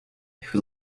who